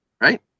right